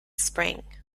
spring